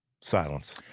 Silence